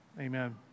Amen